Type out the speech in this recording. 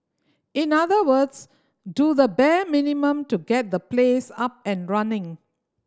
in other words do the bare minimum to get the place up and running